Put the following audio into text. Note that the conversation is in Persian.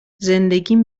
زندگیم